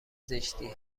زشتی